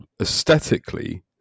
aesthetically